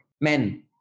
men